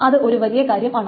അത് ഒരു വലിയ കാര്യമാണ്